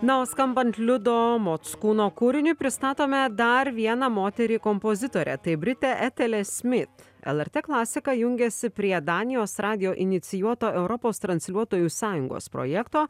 na o skambant liudo mockūno kūriniui pristatome dar vieną moterį kompozitorę tai britė etelė smit lrt klasika jungiasi prie danijos radijo inicijuoto europos transliuotojų sąjungos projekto